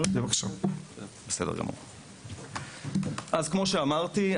כפי שאמרתי,